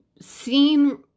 seen